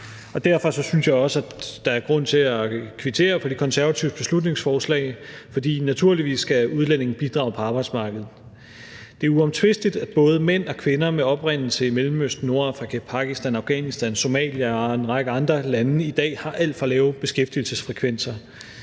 Derfor synes jeg også, at der er grund til at kvittere for De Konservatives beslutningsforslag, for naturligvis skal udlændinge bidrage på arbejdsmarkedet. Det er uomtvisteligt, at både mænd og kvinder med oprindelse i Mellemøsten, Nordafrika, Pakistan, Afghanistan, Somalia og en række andre lande i dag har alt for lave beskæftigelsesfrekvenser.